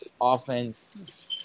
offense